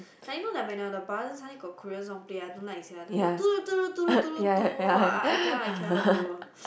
like you know like when you on the bus then suddenly got Korean song play I don't like sia then the I I cannot I cannot bro